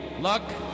Luck